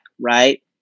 Right